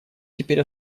теперь